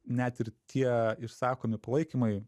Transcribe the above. net ir tie išsakomi palaikymai